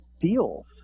deals